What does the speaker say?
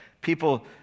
people